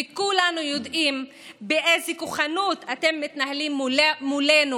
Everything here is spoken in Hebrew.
וכולנו יודעים באיזו כוחנות אתם מתנהלים מולנו,